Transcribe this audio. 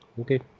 okay